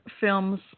films